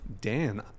Dan